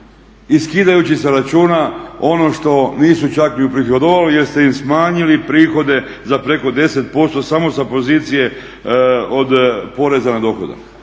i skidajući sa računa ono što nisu čak ni uprihodovali jer ste im smanjili prihode za preko 10% samo za pozicije od poreza na dohodak,